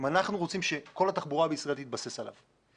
אם אנחנו רוצים שכל התחבורה בישראל תתבסס עליו.